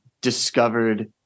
discovered